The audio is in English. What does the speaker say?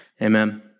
Amen